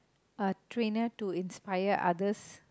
a trainer to inspire others